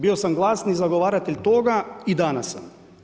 Bio sam glasni zagovaratelj toga i danas sam.